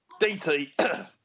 DT